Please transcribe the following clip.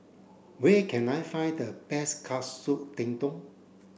where can I find the best Katsu Tendon